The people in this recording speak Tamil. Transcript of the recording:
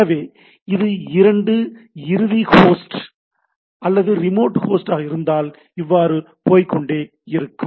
எனவே இது இரண்டு இறுதி ஹோஸ்ட் அல்லது ரிமோட் ஹோஸ்டாக இருந்தால் இவ்வாறு போய்கொண்டே இருக்கும்